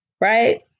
Right